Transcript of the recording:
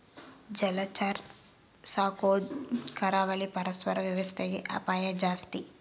ಜಲಚರ ಸಾಕೊದು ಕರಾವಳಿ ಪರಿಸರ ವ್ಯವಸ್ಥೆಗೆ ಅಪಾಯ ಜಾಸ್ತಿ